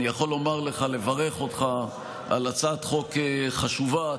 לומר לך ולברך אותך על הצעת חוק חשובה,